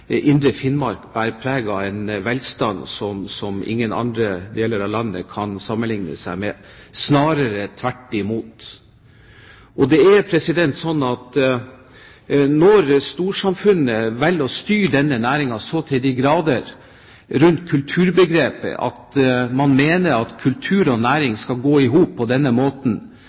indre Finnmark bærer preg av en velstand som ingen andre deler av landet kan sammenligne seg med, snarere tvert imot. Det er slik at når storsamfunnet velger å styre denne næringen så til de grader rundt kulturbegrepet – man mener at kultur og næring skal gå i hop på denne måten